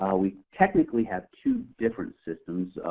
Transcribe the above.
um we technically have two different systems,